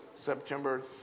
September